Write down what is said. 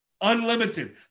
unlimited